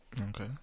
Okay